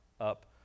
up